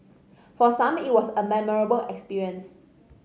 for some it was a memorable experience